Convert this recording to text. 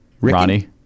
Ronnie